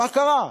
מה קרה?